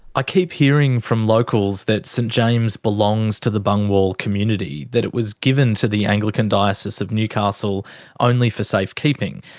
i keep hearing from locals that st james belongs to the bungwahl community, that it was given to the anglican diocese of newcastle only for safe-keeping.